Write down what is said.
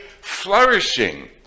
flourishing